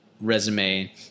resume